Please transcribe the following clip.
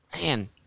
Man